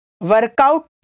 workout